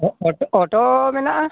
auto ᱚᱴᱳ ᱢᱮᱱᱟᱜᱼᱟ